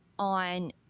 on